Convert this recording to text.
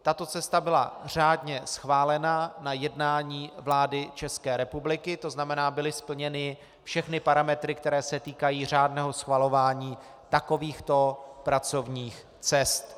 Tato cesta byla řádně schválená na jednání vlády České republiky, to znamená, byly splněny všechny parametry, které se týkají řádného schvalování takovýchto pracovních cest.